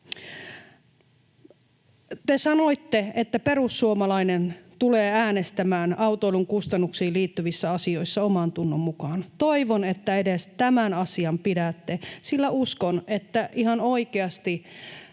Te sanoitte, että perussuomalainen tulee äänestämään autoilun kustannuksiin liittyvissä asioissa omantunnon mukaan. Toivon, että edes tämän asian pidätte, sillä uskon, että ihan oikeasti